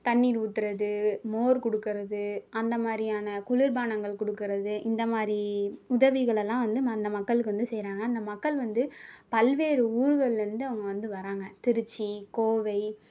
தண்ணீர் ஊற்றுறது மோர் கொடுக்குறது அந்தமாதிரியான குளிர்பானங்கள் கொடுக்குறது இந்தமாதிரி உதவிகளெல்லாம் வந்து அந்த மக்களுக்கு வந்து செய்கிறாங்க அந்த மக்கள் வந்து பல்வேறு ஊர்களிலேந்து அவங்க வந்து வராங்க திருச்சி கோவை